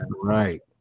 Right